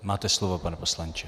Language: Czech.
Máte slovo, pane poslanče.